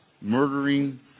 murdering